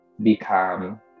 become